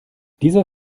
dieser